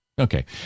Okay